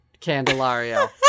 Candelario